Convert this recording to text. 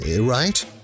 right